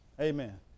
amen